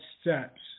steps